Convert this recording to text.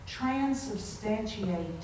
transubstantiate